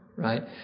Right